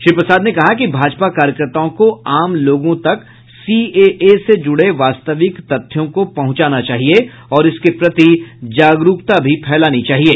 श्री प्रसाद ने कहा कि भाजपा कार्यकर्ताओं को आम लोगों तक सीएए से जुड़े वास्तविक तथ्यों को पहुंचाना चाहिए और इसके प्रति जागरूकता भी फैलानी चाहिये